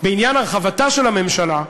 בעניין הרחבתה של הממשלה,